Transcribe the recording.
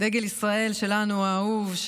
דגל ישראל שלנו האהוב,